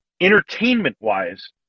Entertainment-wise